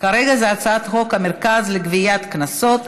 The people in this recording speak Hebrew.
כרגע זה הצעת חוק המרכז לגביית קנסות,